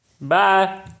Bye